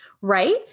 Right